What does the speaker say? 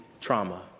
trauma